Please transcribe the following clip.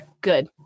good